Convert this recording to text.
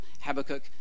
Habakkuk